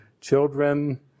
children